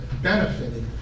benefited